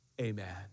Amen